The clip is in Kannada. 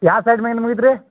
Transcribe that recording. ಯಾವ ಸೈಟ್ ಮೇನ್ ಮುಗಿತು ರೀ